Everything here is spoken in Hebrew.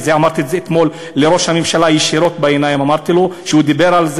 ואמרתי את זה אתמול ישירות בעיניים לראש הממשלה כשהוא דיבר.